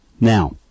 Now